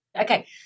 Okay